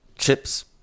Chips